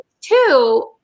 two